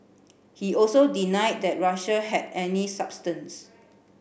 he also denied that Russia had any substance